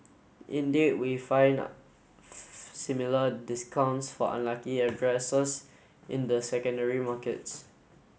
indeed we find similar discounts for unlucky addresses in the secondary markets